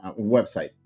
website